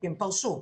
הם פרשו.